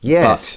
Yes